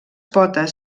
potes